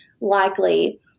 likely